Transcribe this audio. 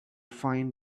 find